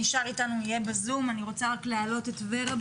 אני רוצה להעלות את נציגת ור"ה,